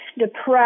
depressed